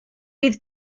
bydd